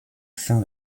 fin